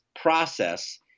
process